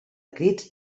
crits